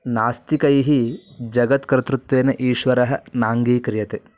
नास्तिकैः जगत्कर्तृत्वेन ईश्वरः नाङ्गीक्रियते